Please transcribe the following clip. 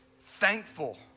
thankful